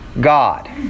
God